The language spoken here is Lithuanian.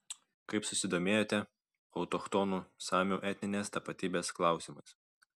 kaip susidomėjote autochtonų samių etninės tapatybės klausimais